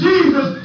Jesus